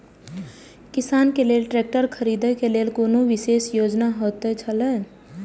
किसान के लेल ट्रैक्टर खरीदे के लेल कुनु विशेष योजना होयत छला?